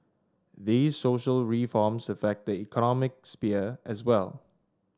these social reforms affect the economic sphere as well